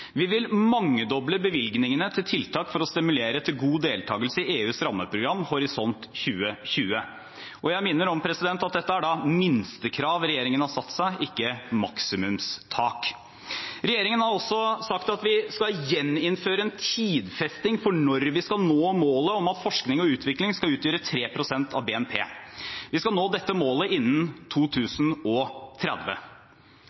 vi vil mangedoble bevilgningene til tiltak for å stimulere til god deltakelse i EUs rammeprogram Horizon 2020. Og jeg minner om at dette er minstekrav som regjeringen har satt seg – ikke maksimumstak. Regjeringen har også sagt at vi skal gjeninnføre en tidfesting for når vi skal nå målet om at forskning og utvikling skal utgjøre 3 pst. av BNP. Vi skal nå dette målet innen 2030.